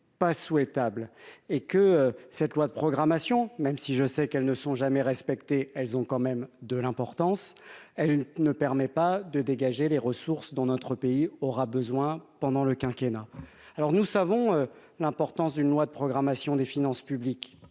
pas souhaitable et que cette loi de programmation, même si je sais qu'elles ne sont jamais respectés, elles ont quand même de l'importance, elle ne permet pas de dégager les ressources dont notre pays aura besoin pendant le quinquennat alors nous savons l'importance d'une loi de programmation des finances publiques,